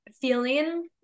feeling